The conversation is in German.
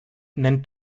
nennt